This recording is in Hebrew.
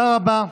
כבוד היושב-ראש,